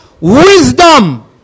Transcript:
wisdom